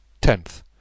Tenth